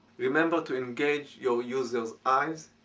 remember to engage your users' eyes,